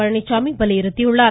பழனிச்சாமி வலியுறுத்தியுள்ளார்